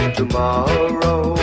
tomorrow